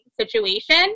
situation